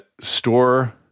store